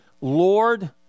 Lord